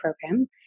program